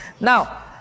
now